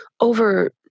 over